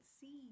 see